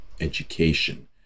education